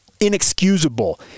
inexcusable